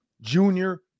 Junior